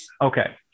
Okay